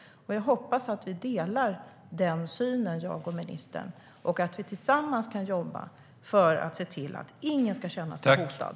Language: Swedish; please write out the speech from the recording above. Jag hoppas att ministern och jag delar denna syn och att vi tillsammans kan jobba för att se till att ingen ska känna sig hotad.